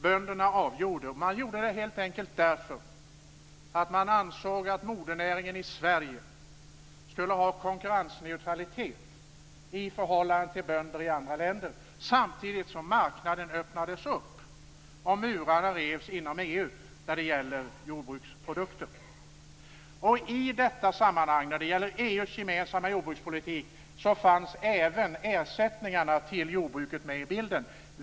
Bönderna avgjorde alltså, helt enkelt därför att man ansåg att modernäringen i Sverige skulle ha konkurrensneutralitet i förhållande till bönder i andra länder, samtidigt som marknaden öppnades upp och murarna revs inom EU när det gäller jordbruksprodukter. När det gäller EU:s gemensamma jordbrukspolitik fanns även ersättningarna till jordbruket med i bilden.